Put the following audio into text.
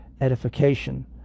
edification